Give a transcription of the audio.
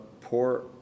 poor